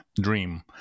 dream